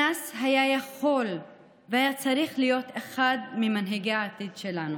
אנאס היה יכול והיה צריך להיות אחד ממנהיגי העתיד שלנו.